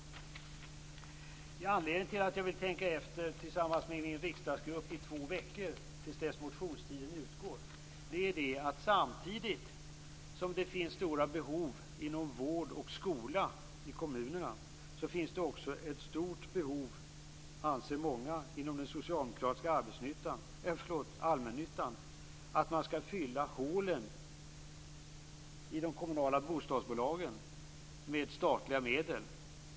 Det finns en anledning till att jag vill tänka efter tillsammans med min riksdagsgrupp i två veckor till dess att motionstiden utgår. Anledningen är att samtidigt som det finns stora behov inom vård och skola i kommunerna anser många inom den socialdemokratiska allmännyttan att det också finns ett stort behov av att fylla hålen i de kommunala bostadsbolagen med statliga medel.